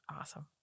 Awesome